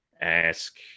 ask